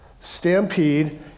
Stampede